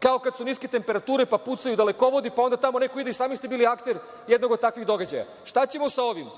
kao kada su niske temperature pa pucaju dalekovodi, pa onda tamo neko ide, i sami ste bili akter jednog od takvih događaja. Šta ćemo sa ovim?